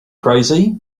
crazy